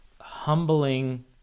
humbling